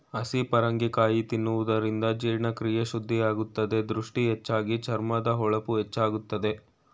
ಹಸಿ ಪರಂಗಿ ಕಾಯಿ ತಿನ್ನುವುದರಿಂದ ಜೀರ್ಣಕ್ರಿಯೆ ಶುದ್ಧಿಯಾಗುತ್ತದೆ, ದೃಷ್ಟಿ ಹೆಚ್ಚಾಗಿ, ಚರ್ಮದ ಹೊಳಪು ಹೆಚ್ಚಾಗುತ್ತದೆ